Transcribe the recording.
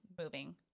moving